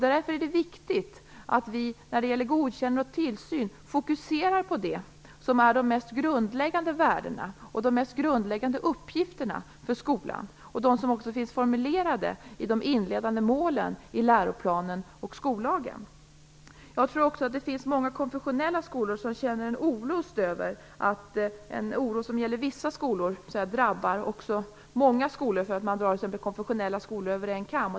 Därför är det viktigt att vi fokuserar på det som är de mest grundläggande värdena och de mest grundläggande uppgifterna för skolan när det gäller godkännande och tillsyn. De finns också formulerade i de inledande målen i läroplanen och skollagen. Jag tror också att det finns många konfessionella skolor som känner olust över att en oro som gäller vissa skolor även drabbar många skolor för att man drar konfessionella skolor över en kam.